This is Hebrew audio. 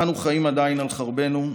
אנו עדיין חיים על חרבנו,